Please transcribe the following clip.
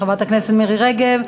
ח"כ מירי רגב,